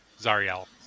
Zariel